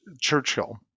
churchill